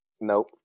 nope